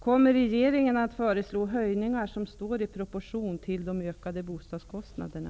Kommer regeringen att föreslå höjningar som står i proportion till de ökade bostadskostnaderna?